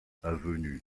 avenue